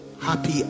happy